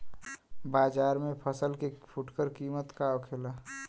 बाजार में फसल के फुटकर कीमत का होखेला?